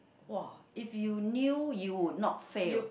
!wah! if you knew you will not failed